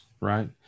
right